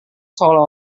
seolah